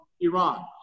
Iran